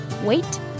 wait